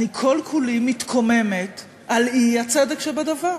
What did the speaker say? אני כל-כולי מתקוממת על האי-צדק שבדבר.